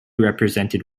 represented